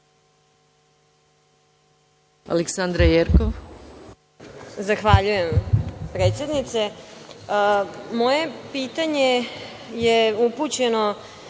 Aleksandra Jerkov.